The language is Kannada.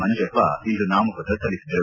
ಮಂಜಪ್ಪ ಇಂದು ನಾಮಪತ್ರ ಸಲ್ಲಿಸಿದರು